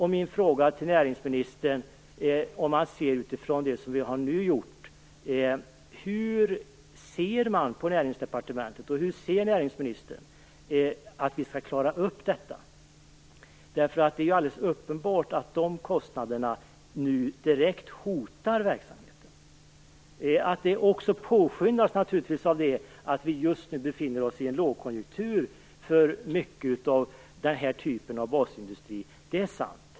Min fråga utifrån detta är då: Hur anser man på Näringsdepartementet att vi skall klara upp detta? Det är nämligen alldeles uppenbart att de här kostnaderna direkt hotar verksamheten. Det är sant att detta också påskyndas av att vi just nu befinner oss i en lågkonjunktur, som i hög grad drabbar den här typen av basindustri.